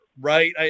Right